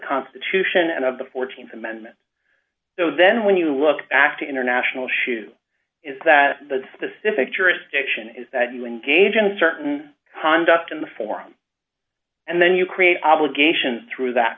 constitution and of the th amendment so then when you look back to international issue is that that specific jurisdiction is that you engage in certain conduct in the fore and then you create obligations through that